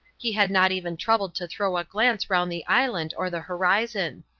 he had not even troubled to throw a glance round the island or the horizon.